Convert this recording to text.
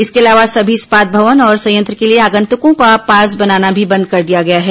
इसके अलावा सभी इस्पात भवन और संयंत्र के लिए आगन्तुकों का पास बनाना भी बंद कर दिया गया है